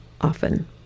often